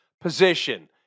position